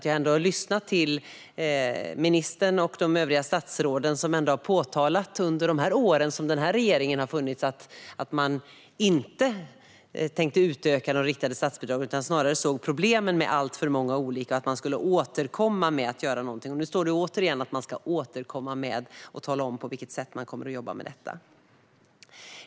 Jag har lyssnat till ministern och de övriga statsråden som under de år som den här regeringen har funnits har framhållit att de inte tänker utöka de riktade statsbidragen utan snarare ser problem med alltför många olika. De skulle återkomma och göra någonting. Nu står det återigen att de ska återkomma och tala om på vilket sätt de kommer att jobba med detta.